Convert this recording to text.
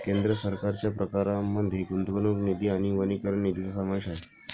केंद्र सरकारच्या प्रकारांमध्ये गुंतवणूक निधी आणि वनीकरण निधीचा समावेश आहे